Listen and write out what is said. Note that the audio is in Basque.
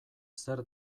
zer